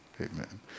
Amen